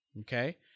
Okay